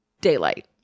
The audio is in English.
Daylight